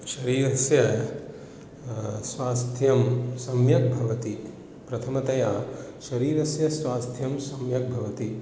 शरीरस्य स्वास्थ्यं सम्यक् भवति प्रथमतया शरीरस्य स्वास्थ्यं सम्यक् भवति